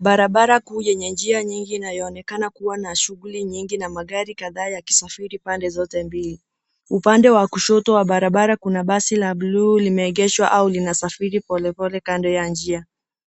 Barabara kuu yenye njia nyingi inayoonekana kuwa na shughuli nyingi na magari kadhaa yakisafiri pande zote mbili. Upande wa kushoto wa barabara kuna basi la blue limeegeshwa au linasafiri polepole kando ya njia.